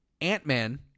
Ant-Man